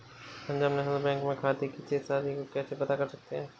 Punjab National Bank में खाते की शेष राशि को कैसे पता कर सकते हैं?